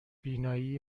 بینایی